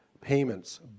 Payments